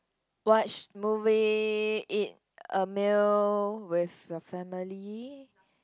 watch movie eat a meal with your family